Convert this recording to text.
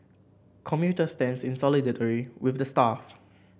commuter stands in solidarity with the staff